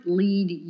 lead